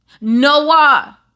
Noah